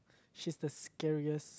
she's the scariest